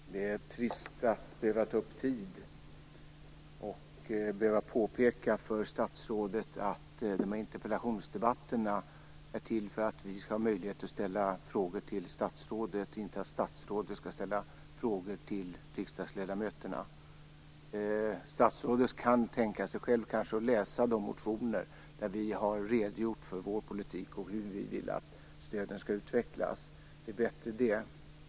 Fru talman! Det är trist att behöva ta upp tid med att påpeka för statsrådet att interpellationsdebatterna är till för att vi skall ha möjlighet att ställa frågor till statsrådet, inte att statsrådet skall ställa frågor till riksdagsledamöterna. Statsrådet kanske kan tänka sig att läsa de motioner där vi har redogjort för vår politik och hur vi vill att stöden skall utvecklas. Det är bättre.